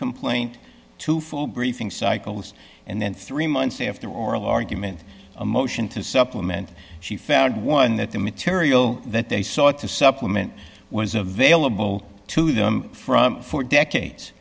complaint to full briefing cycles and then three months after oral argument a motion to supplement she found one that the material that they sought to supplement was a vailable to them from for decades